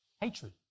hatred